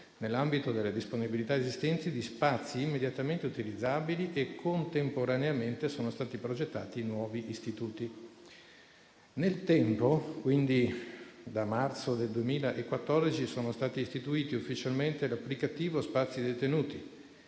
nell'ambito delle disponibilità esistenti, di spazi immediatamente utilizzabili e, contemporaneamente, sono stati progettati nuovi istituti. Nel tempo, quindi da marzo 2014, sono stati istituiti ufficialmente l'applicativo spazi-detenuti